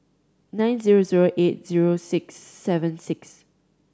nine zero zero eight zero six seven six